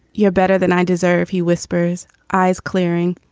you're better than i deserve. he whispers, eyes clearing.